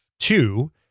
Two